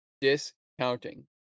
discounting